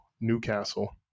Newcastle